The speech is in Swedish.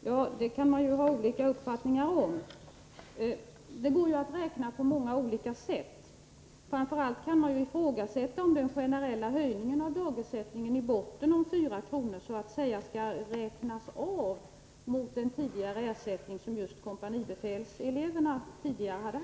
Herr talman! Man kan ha olika uppfattningar om detta — det går att räkna på många olika sätt. Framför allt kan man ifrågasätta om den generella höjningen av dagersättningen med 4 kr. i botten skall så att säga räknas av mot den ersättning som just kompanibefälseleverna haft tidigare.